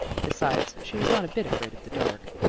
besides, she was not a bit afraid of the dark.